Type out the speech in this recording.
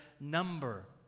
number